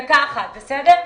דקה אחת, בסדר?